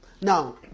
now